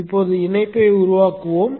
இப்போது இணைப்பை உருவாக்குவோம்